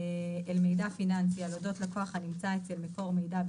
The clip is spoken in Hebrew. אל מידע פיננסי על אודות לקוח הנמצא אצל מקור מידע,